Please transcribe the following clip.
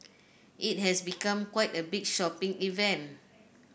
it has become quite a big shopping event